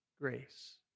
grace